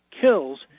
kills